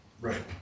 Right